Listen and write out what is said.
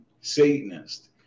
Satanist